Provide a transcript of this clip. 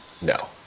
No